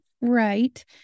right